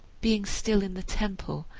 being still in the temple,